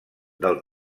del